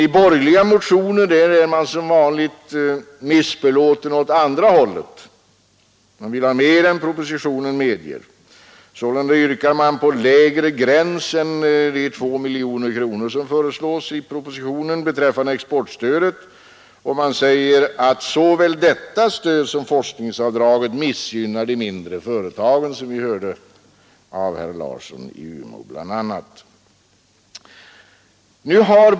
I borgerliga motioner är man som vanligt missbelåten åt andra hållet. Man vill ha mer än propositionen medger. Sålunda yrkar man på lägre gräns än de 2 miljoner som föreslås i propositionen beträffande exportstödet, och man säger att såväl detta stöd som forskningsavdraget missgynnar de mindre företagen. Det hörde vi också herr Larsson i Umeå framhålla i sitt anförande.